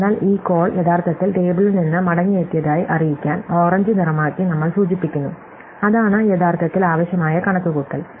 അതിനാൽ ഈ കോൾ യഥാർത്ഥത്തിൽ ടേബിളിൽ നിന്ന് മടങ്ങിയെത്തിയതായി അറിയിക്കാൻ ഓറഞ്ച് നിറമാക്കി നമ്മൾ സൂചിപ്പിക്കുന്നു അതാണ് യഥാർത്ഥത്തിൽ ആവശ്യമായ കണക്കുകൂട്ടൽ